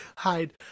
Hide